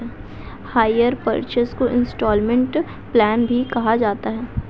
higher purchase को instalment plan भी कहा जाता है